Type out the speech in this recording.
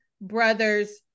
brother's